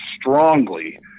strongly